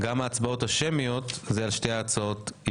(הישיבה נפסקה בשעה 10:13 ונתחדשה בשעה 10:30.)